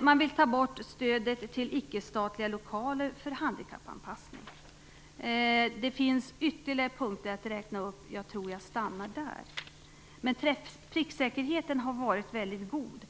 De vill ta bort stödet till ickestatliga lokaler för handikappanpassning. Det finns ytterligare punkter att räkna upp. Jag tror att jag stannar där. Pricksäkerheten har alltså varit väldigt god.